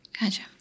Gotcha